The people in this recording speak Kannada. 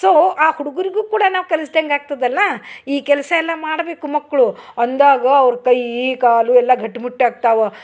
ಸೊ ಆ ಹುಡ್ಗುರ್ಗು ಕೂಡ ನಾವು ಕಲಿಸ್ದಂಗಾಗ್ತದಲ್ಲ ಈ ಕೆಲಸ ಎಲ್ಲ ಮಾಡಬೇಕು ಮಕ್ಕಳು ಅಂದಾಗ ಅವ್ರ ಕೈ ಕಾಲು ಎಲ್ಲ ಘಟ್ಮು ಮುಟ್ಟಾಗ್ತಾವ